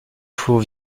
flot